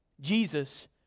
Jesus